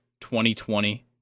2020